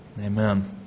Amen